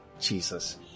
Jesus